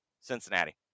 Cincinnati